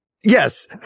Yes